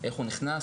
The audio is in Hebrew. איך הוא נכנס,